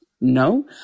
No